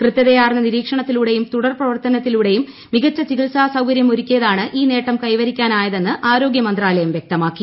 കൃത്യതയാർന്ന നിരീക്ഷണത്തിലൂടെയും തുടർ പ്രവർത്തനത്തിലൂടെയും മികച്ച ചികിൽസാ സൌകര്യ മൊരുക്കിയുമാണ് ഈ നേട്ടം കൈവരിക്കാനായതെന്ന് ആരോഗ്യ മന്ത്രാലയം വ്യക്തമാക്കി